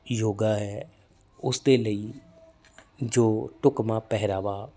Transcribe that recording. ਯੋਗਾ ਹੈ ਉਸਦੇ ਲਈ ਜੋ ਢੁਕਮਾ ਪਹਿਰਾਵਾ